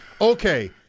okay